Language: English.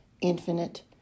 infinite